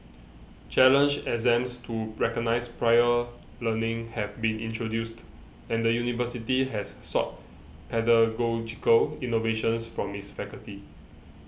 challenge exams to recognise prior learning have been introduced and the university has sought pedagogical innovations from its faculty